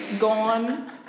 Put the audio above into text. gone